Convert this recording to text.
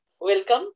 welcome